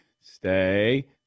stay